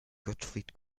gottfried